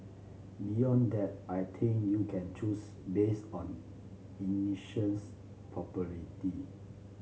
beyond that I think you can choose based on